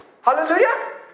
Hallelujah